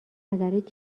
نظرت